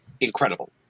incredible